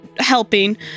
helping